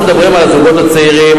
אנחנו מדברים על הזוגות הצעירים,